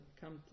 come